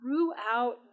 throughout